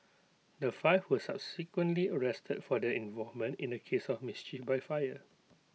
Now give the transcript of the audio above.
the five were subsequently arrested for their involvement in A case of mischief by fire